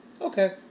Okay